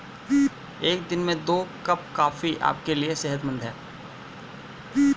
एक दिन में दो कप कॉफी आपके लिए सेहतमंद है